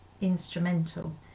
instrumental